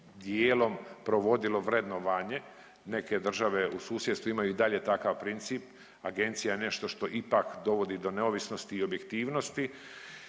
dijelom provodilo vrednovanje, neke države u susjedstvu imaju i dalje takav princip, agencija je nešto što ipak dovodi do neovisnosti i objektivnosti